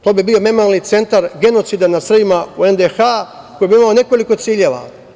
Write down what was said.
To bi bio memorijalni centar genocida nad Srbima u NDH koji bi imao nekoliko ciljeva.